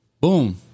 Boom